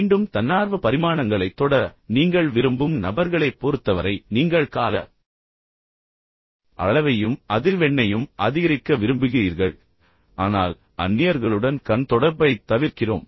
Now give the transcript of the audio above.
மீண்டும் தன்னார்வ பரிமாணங்களைத் தொடர நீங்கள் விரும்பும் நபர்களைப் பொறுத்தவரை நீங்கள் கால அளவையும் அதிர்வெண்ணையும் அதிகரிக்க விரும்புகிறீர்கள் ஆனால் அந்நியர்களுடன் கண் தொடர்பைத் தவிர்க்கிறோம்